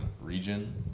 region